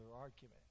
argument